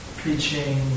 preaching